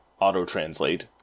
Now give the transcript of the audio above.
auto-translate